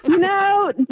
No